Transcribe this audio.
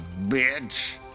bitch